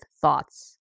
thoughts